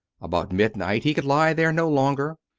about midnight he could lie there no longer.